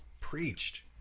preached